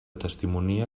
testimonia